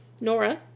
Nora